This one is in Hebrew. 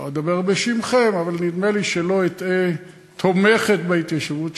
לא אדבר בשמכם אבל נדמה לי שלא אטעה תומכת בהתיישבות שם,